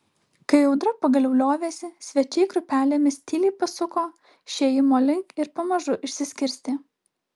kai audra pagaliau liovėsi svečiai grupelėmis tyliai pasuko išėjimo link ir pamažu išsiskirstė